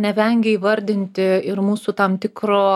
nevengia įvardinti ir mūsų tam tikro